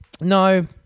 No